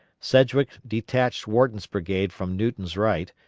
sedgwick detached wharton's brigade from newton's right,